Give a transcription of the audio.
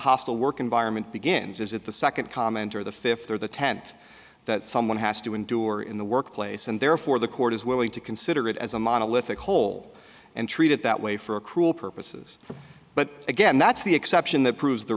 hostile work environment begins is that the second comment or the fifth or the tenth that someone has to endure in the workplace and therefore the court is willing to consider it as a monolithic whole and treat it that way for a cruel purposes but again that's the exception that proves the